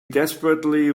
desperately